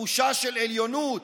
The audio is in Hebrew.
תחושה של עליונות.